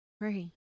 right